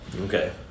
Okay